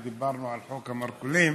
כשדיברנו על חוק המרכולים,